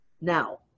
Now